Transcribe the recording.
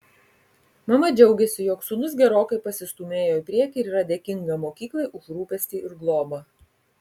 mama džiaugiasi jog sūnus gerokai pasistūmėjo į priekį ir yra dėkinga mokyklai už rūpestį ir globą